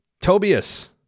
Tobias